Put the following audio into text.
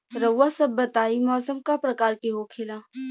रउआ सभ बताई मौसम क प्रकार के होखेला?